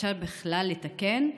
אפשר בכלל לתקן?